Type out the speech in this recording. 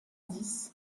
dix